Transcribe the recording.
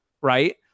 right